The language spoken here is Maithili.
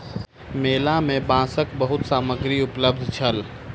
मेला में बांसक बहुत सामग्री उपलब्ध छल